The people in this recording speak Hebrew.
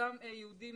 לאותם יהודים